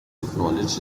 acknowledged